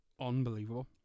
unbelievable